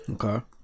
okay